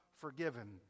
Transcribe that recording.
forgiven